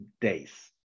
days